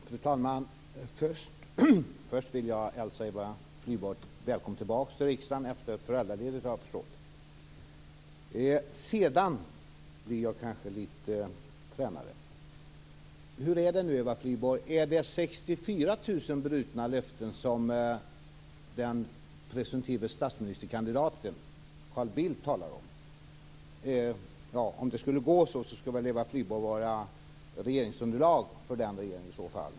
Fru talman! Först vill jag hälsa Eva Flyborg välkommen tillbaka till riksdagen. Hon har varit föräldraledig, efter vad jag har förstått. Sedan blir jag kanske litet fränare. Hur är det nu, Eva Flyborg? Är det 64 000 brutna löften, som den presumtive statsministerkandidaten Carl Bildt talar om? Om det skulle gå så skulle väl Eva Flyborg vara regeringsunderlag för den regeringen.